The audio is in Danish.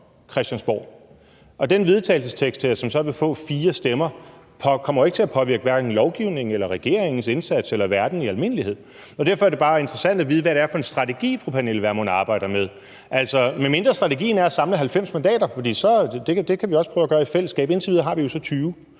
forslag til vedtagelse, som så vil få fire stemmer, kommer jo hverken til at påvirke lovgivningen eller regeringens indsats eller verden i almindelighed. Derfor er det bare interessant at vide, hvad det er for en strategi, fru Pernille Vermund arbejder med, medmindre strategien er at samle 90 mandater, for det kan vi også prøve at gøre i fællesskab, og indtil videre har vi jo så 20.